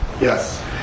Yes